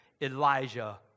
Elijah